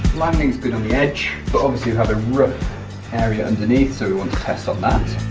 landings good on the edge, but obviously you have a rough area underneath so we want to test on that